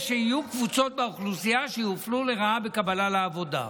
שיהיו קבוצות באוכלוסייה שיופלו לרעה בקבלה לעבודה.